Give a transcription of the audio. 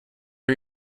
are